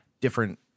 different